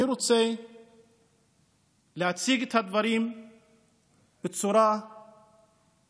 אני רוצה להציג את הדברים בצורה עניינית